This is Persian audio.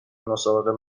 مسابقه